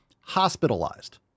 Hospitalized